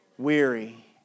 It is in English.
weary